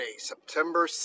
September